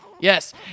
Yes